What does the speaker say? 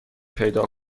پیدا